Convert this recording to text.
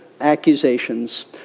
accusations